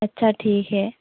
अच्छा ठीक है